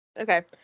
Okay